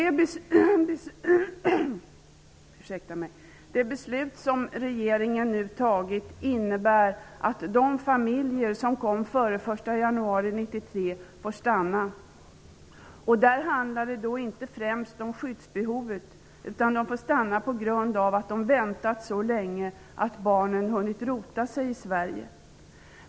De beslut som regeringen nu har fattat innebär att de familjer som kom hit före den 1 januari 1993 får stanna. Där handlar det inte främst om skyddsbehovet, utan de får stanna på grund av att de har väntat så länge att barnen har hunnit rota sig i Sverige.